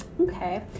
Okay